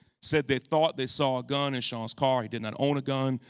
said they thought they saw a gun in sean's car, he did not own a gun.